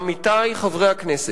עמיתי חברי הכנסת,